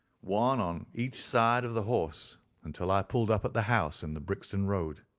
one on each side of the horse until i pulled up at the house in the brixton road.